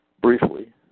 briefly